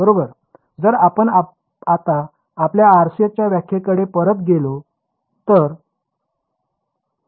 जर आपण आता आपल्या RCS च्या व्याख्येकडे परत गेलात तर